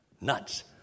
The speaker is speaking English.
nuts